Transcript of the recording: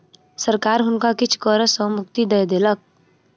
सरकार हुनका किछ कर सॅ मुक्ति दय देलक